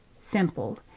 simple